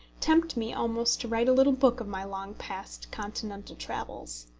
tempt me almost to write a little book of my long past continental travels.